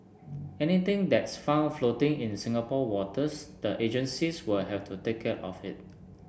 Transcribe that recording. anything that's found floating in Singapore waters the agencies will have to take care of it